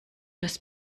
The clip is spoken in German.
das